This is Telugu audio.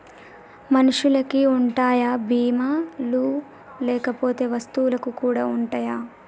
మనుషులకి ఉంటాయా బీమా లు లేకపోతే వస్తువులకు కూడా ఉంటయా?